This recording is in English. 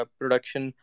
production